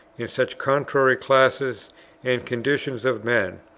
in such contrary classes and conditions of men,